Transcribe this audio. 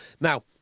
Now